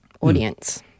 audience